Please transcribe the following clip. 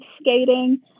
skating